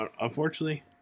unfortunately